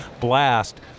Blast